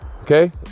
okay